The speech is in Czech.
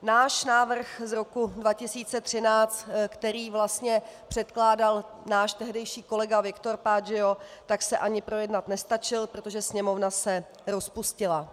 Náš návrh z roku 2013, který vlastně předkládal náš tehdejší kolega Viktor Paggio, se ani projednat nestačil, protože se Sněmovna se rozpustila.